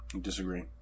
Disagree